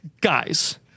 guys